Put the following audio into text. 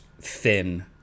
thin